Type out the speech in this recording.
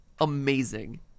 Amazing